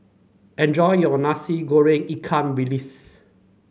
enjoy your Nasi Goreng Ikan Bilis